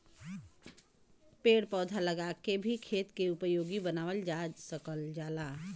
पेड़ पौधा लगा के भी खेत के उपयोगी बनावल जा सकल जाला